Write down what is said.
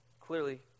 clearly